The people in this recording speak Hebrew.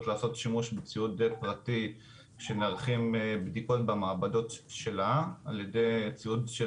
לעשות שימוש בציוד פרטי כשעורכים בדיקות במעבדות שלה על ידי ציוד של